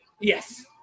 Yes